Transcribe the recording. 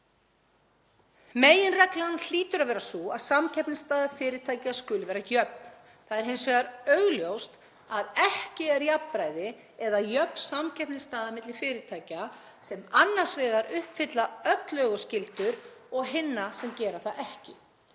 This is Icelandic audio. Meginreglan hlýtur að vera sú að samkeppnisstaða fyrirtækja skuli vera jöfn. Það er hins vegar augljóst að ekki er jafnræði eða jöfn samkeppnisstaða milli fyrirtækja sem annars vegar uppfylla öll lög og skyldur og hinna sem gera það ekki.